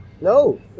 No